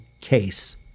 case